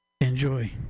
enjoy